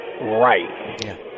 right